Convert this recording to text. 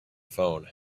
phone